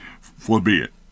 Forbid